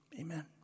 amen